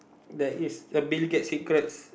there is a Bill Gate secrets